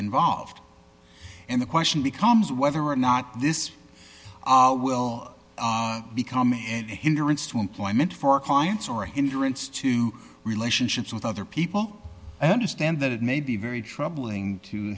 involved and the question becomes whether or not this will become and a hinderance to employment for clients or a hindrance to relationships with other people and understand that it may be very troubling to